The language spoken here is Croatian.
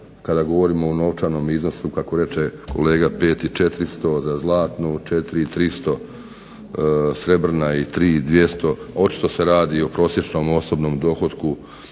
kada govorimo o novčanom iznosu, kako reče kolega 5400 za zlatnu, 4300 za srebrnu i 3200. Očito se radi o prosječnom osobnom dohotku